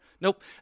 Nope